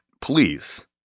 please